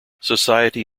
society